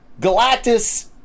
Galactus